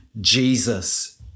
Jesus